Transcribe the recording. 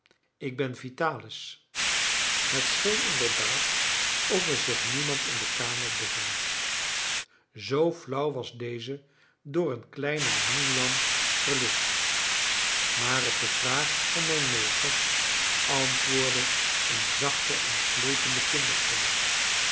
ik ben vitalis het scheen inderdaad of er zich niemand in de kamer bevond zoo flauw was deze door een kleine hanglamp verlicht maar op de vraag van mijn meester antwoordde een zachte en sleepende kinderstem